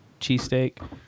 cheesesteak